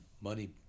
money